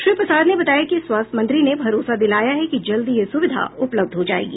श्री प्रसाद ने बताया कि स्वास्थ्य मंत्री ने भरोसा दिलाया है कि जल्द ही यह सुविधा उपलब्ध हो जायेगी